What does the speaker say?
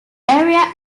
area